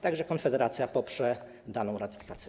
Tak że Konfederacja poprze daną ratyfikację.